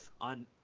on